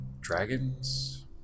dragons